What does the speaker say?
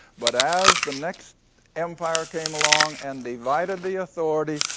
but as the next empire came along and divided the authority,